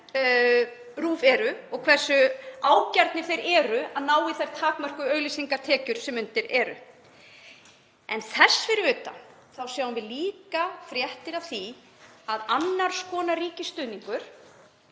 RÚV eru og hversu ágjarnir þeir eru í að ná í þær takmörkuðu auglýsingatekjur sem undir eru. Þess fyrir utan þá sjáum við líka fréttir af annars konar ríkisstuðningi,